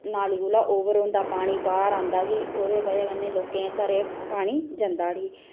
नाली कोला ओवर होंदा बाहर होंदा ते ओह्दी बजह कन्नै केह् होंदा कि लोकें दे घरें पानी जंदा उठी